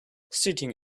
sitting